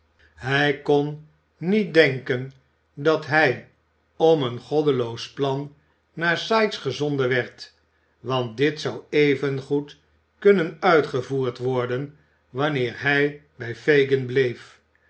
hij kon niet denken dat hij om een goddeloos plan naar sikes gezonden werd want dit zou evengoed kunnen uitgevoerd worden wanneer hij bij fagin bleef